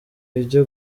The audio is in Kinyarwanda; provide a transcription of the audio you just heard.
bijya